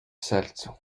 sercu